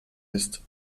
ist